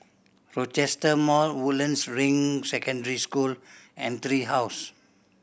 Rochester Mall Woodlands Ring Secondary School and Tree House